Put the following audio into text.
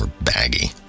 baggy